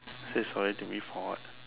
say sorry to me for what